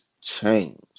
change